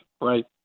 right